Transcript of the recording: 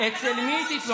אתה לא ראוי שאני אקשיב לך.